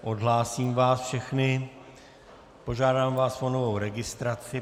Odhlásím vás všechny, požádám vás o novou registraci.